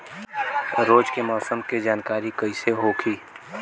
रोज के मौसम के जानकारी कइसे होखि?